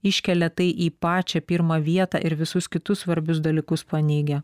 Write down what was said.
iškelia tai į pačią pirmą vietą ir visus kitus svarbius dalykus paneigia